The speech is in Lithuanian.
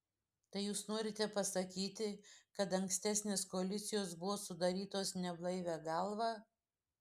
tai jūs norite pasakyti kad ankstesnės koalicijos buvo sudarytos neblaivia galva